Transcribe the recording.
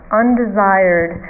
undesired